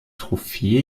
trophäe